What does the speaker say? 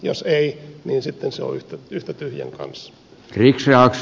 jos ei niin sitten se on yhtä tyhjän kanssa